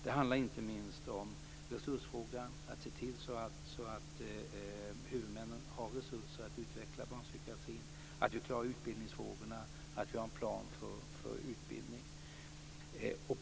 Det handlar inte minst om resursfrågan, om att se till att huvudmännen har resurser att utveckla barnpsykiatrin, att vi har en plan för utbildningen och klarar utbildningsfrågorna.